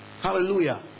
Hallelujah